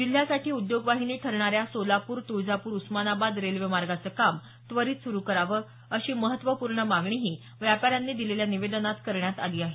जिल्ह्यासाठी उद्योगवाहिनी ठरणाऱ्या सोलापूर तुळजापूर उस्मानाबाद रेल्वेमागोचं काम त्वरीत सुरू करावं अशी महत्त्वपूर्ण मागणीही व्यापाऱ्यांनी दिलेल्या निवेदनात करण्यात आली आहे